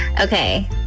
Okay